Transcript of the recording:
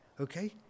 okay